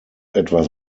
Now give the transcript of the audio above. etwas